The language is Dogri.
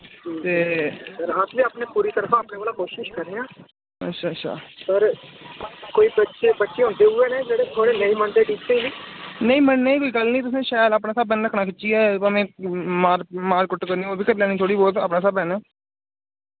ते अच्छा अच्छा नेईं मन्नने दी कोई गल्ल नि ऐ तुसैं शैल अपने स्हाबा नै रक्खना खिच्चियै भामें मार मार कुट्ट करनी ओ बी करी लैनी थोह्ड़ी बहुत अपने स्हाबा कन्नै